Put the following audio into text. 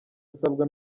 asabwa